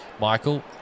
Michael